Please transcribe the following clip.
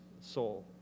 soul